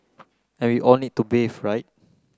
and we all need to bathe right